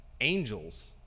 angels